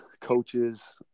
coaches